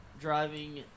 driving